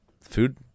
Food